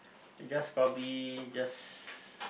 just probably just